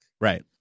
Right